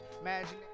imagine